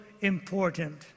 important